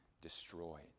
destroyed